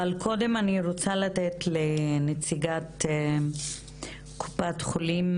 אני רוצה לתת לנציגת קופת חולים